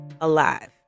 alive